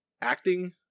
acting